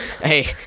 Hey